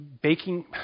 baking